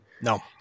no